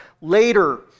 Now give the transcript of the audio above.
later